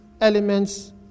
elements